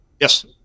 Yes